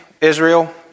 Israel